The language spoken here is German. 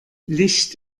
licht